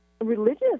religious